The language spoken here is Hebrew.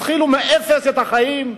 התחילו מאפס את החיים,